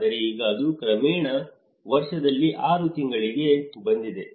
ಆದರೆ ಈಗ ಅದು ಕ್ರಮೇಣ ವರ್ಷದಲ್ಲಿ 6 ತಿಂಗಳಿಗೆ ಬಂದಿದೆ